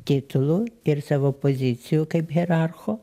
titulų ir savo pozicijų kaip hierarcho